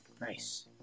nice